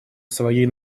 своей